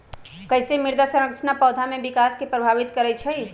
कईसे मृदा संरचना पौधा में विकास के प्रभावित करई छई?